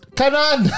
kanan